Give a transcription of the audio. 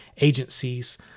agencies